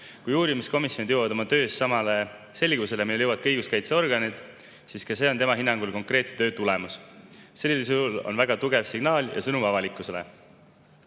Kui uurimiskomisjonid jõuavad oma töös samale selgusele, millele jõuavad ka õiguskaitseorganid, siis ka see on tema hinnangul konkreetse töö tulemus. Sellisel juhul on see väga tugev signaal ja sõnum avalikkusele.